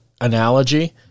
analogy